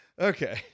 Okay